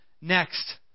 Next